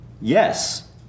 yes